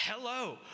hello